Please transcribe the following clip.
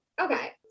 Okay